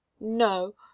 No